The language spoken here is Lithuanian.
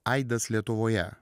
aidas lietuvoje